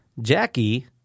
Jackie